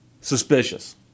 suspicious